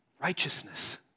Righteousness